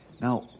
Now